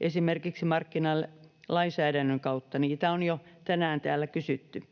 esimerkiksi markkinalainsäädännön kautta? Näitä on jo tänään täällä kysytty.